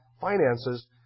finances